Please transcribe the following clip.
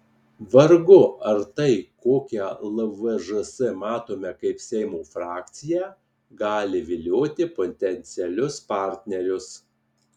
vargu ar tai kokią lvžs matome kaip seimo frakciją gali vilioti potencialius partnerius